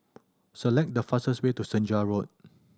select the fastest way to Senja Road